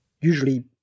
usually